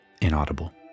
inaudible